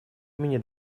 имени